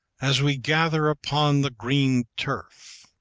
as we gather upon the green turf,